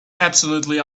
absolutely